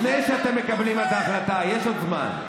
לפני שאתם מקבלים את ההחלטה, יש עוד זמן.